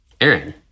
Aaron